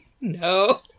No